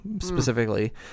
specifically